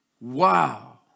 Wow